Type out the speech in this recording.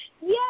Yes